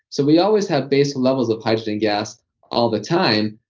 so we always have base levels of hydrogen gas all the time,